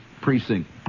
Precinct